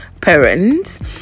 parents